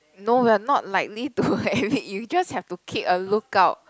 no we are likely to have it you just have to keep a look up